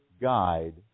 guide